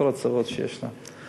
את כל הצרות שיש להם.